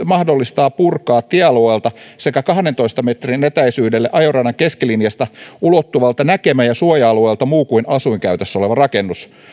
mahdollistaa purkaa tiealueelta sekä kahdentoista metrin etäisyydelle ajoradan keskilinjasta ulottuvalta näkemä ja suoja alueelta muu kuin asuinkäytössä oleva rakennus